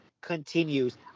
continues